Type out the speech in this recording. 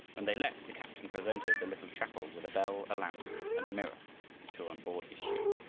when they left, the captain presented the little chapel with a bell, a lamp, and a mirror which were on board his ship.